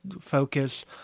focus